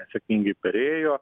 atsakingai perėjo